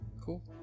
cool